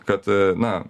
kad na